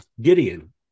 Gideon